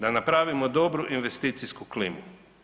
Da napravimo dobru investicijsku klimu.